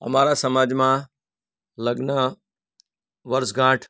અમારા સમાજમાં લગ્ન વર્ષગાંઠ